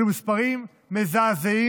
אלו מספרים מזעזעים